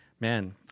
man